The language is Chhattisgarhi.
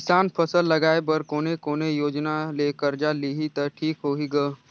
किसान फसल लगाय बर कोने कोने योजना ले कर्जा लिही त ठीक होही ग?